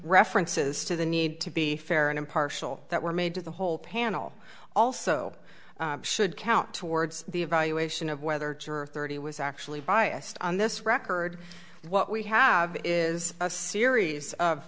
references to the need to be fair and impartial that were made to the whole panel also should count towards the evaluation of whether two or thirty was actually biased on this record what we have is a series of